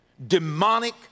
demonic